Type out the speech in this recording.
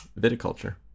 viticulture